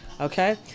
okay